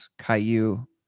Caillou